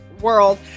world